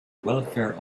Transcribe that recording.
welfare